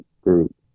group